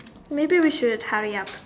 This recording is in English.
maybe we should hurry up